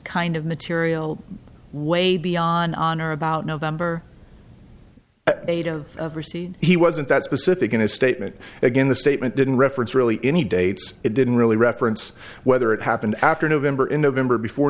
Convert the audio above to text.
kind of material way beyond on or about november eighth of proceed he wasn't that specific in his statement again the statement didn't reference really any dates it didn't really reference whether it happened after november in november before